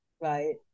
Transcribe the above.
Right